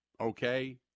okay